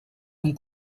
amb